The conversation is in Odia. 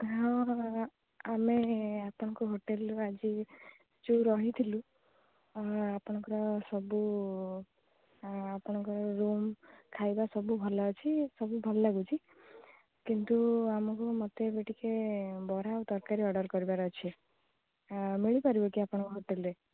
ହଁ ଆମେ ଆପଣଙ୍କ ହୋଟେଲରୁ ଆଜି ଯେଉଁ ରହିଥିଲୁ ଆପଣଙ୍କର ସବୁ ଆପଣଙ୍କ ରୁମ୍ ଖାଇବା ସବୁ ଭଲ ଅଛି ସବୁ ଭଲ ଲାଗୁଛି କିନ୍ତୁ ଆମକୁ ମୋତେ ଏବେ ଟିକିଏ ବରା ଆଉ ତରକାରୀ ଅର୍ଡ଼ର କରିବାର ଅଛି ମିଳିପାରିବ କି ଆପଣଙ୍କ ହୋଟେଲରେ